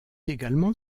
également